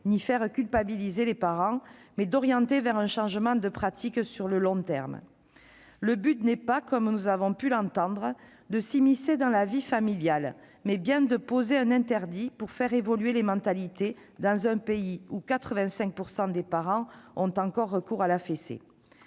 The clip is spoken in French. ni de culpabiliser les parents, mais d'orienter vers un changement des pratiques sur le long terme. Le but n'est pas, comme nous avons pu l'entendre, de s'immiscer dans la vie familiale, mais bien de poser un interdit pour faire évoluer les mentalités dans un pays où 85 % des parents ont encore recours à la fessée.